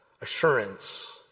assurance